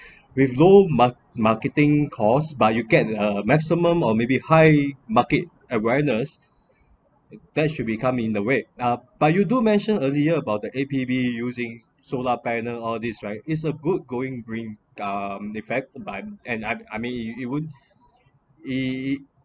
with low mar~ marketing cost but you get a maximum or maybe high market awareness that should become in the way uh but you do mentioned earlier about the A_P_B using solar panel all these right is a good going green uh in fact by and I I mean it would it it